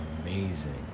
amazing